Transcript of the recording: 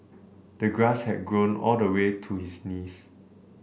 the grass had grown all the way to his knees